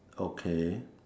okay